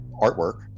artwork